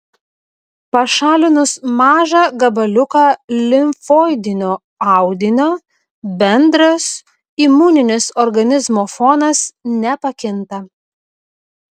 pašalinus mažą gabaliuką limfoidinio audinio bendras imuninis organizmo fonas nepakinta